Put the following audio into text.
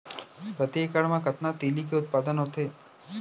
प्रति एकड़ मा कतना तिलि के उत्पादन होथे?